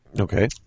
okay